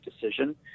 decision